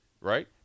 right